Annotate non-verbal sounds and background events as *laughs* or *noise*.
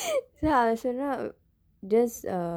*laughs* yah அவர் சொன்னார்:avar sonnaar just err